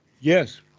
Yes